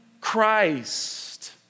Christ